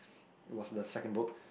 it was the second book